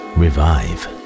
revive